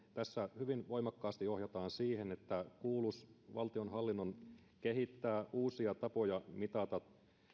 tässä hyvin voimakkaasti ohjataan siihen että valtionhallinnon kuuluisi kehittää uusia tapoja mitata